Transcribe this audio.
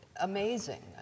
amazing